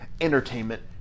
Entertainment